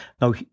Now